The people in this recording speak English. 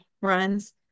runs